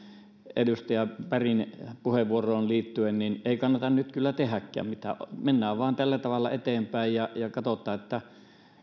edustaja bergin puheenvuoroon liittyen ei kannata nyt kyllä tehdäkään mitään mennään vaan tällä tavalla eteenpäin ja katsotaan että